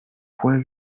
point